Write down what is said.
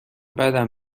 بدم